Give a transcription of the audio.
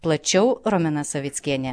plačiau romena savickienė